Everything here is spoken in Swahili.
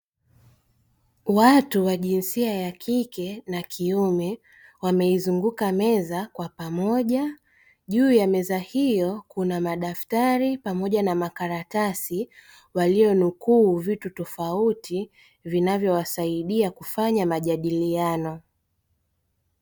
Watu wa jinsia ya kike na kiume wameizunguka meza kwa pamoja, juu ya meza hiyo kuna madaftari pamoja na makaratasi, waliyo nukuu vitu tofauti vinavyowasaidia kufanya majadiliano.